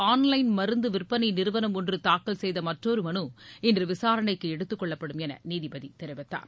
on line மருந்து விற்பனை நிறுவனம் ஒன்று தாக்கல் செய்த மற்றொரு மனு இன்று விசாரணைக்கு எடுத்துக்கொள்ளப்படும் என நீதிபதி தெரிவித்தார்